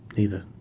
either.